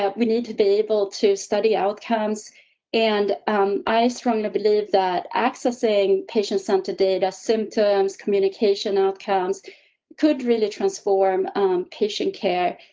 ah we need to be able to study outcomes and i strongly believe that accessing patient centered data symptoms. communication outcomes could really transform patient care.